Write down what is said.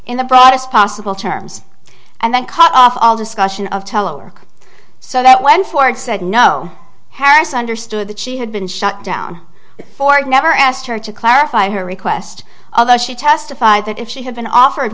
the broadest possible terms and then cut off all discussion of telo or so that when ford said no harris understood that she had been shut down for it never asked her to clarify her request although she testified that if she had been offered